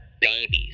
babies